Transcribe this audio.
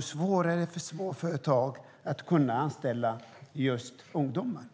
svårare för småföretag att kunna anställa ungdomar.